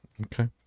Okay